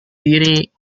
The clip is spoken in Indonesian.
diri